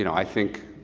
you know i think,